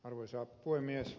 arvoisa puhemies